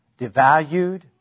devalued